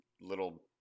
little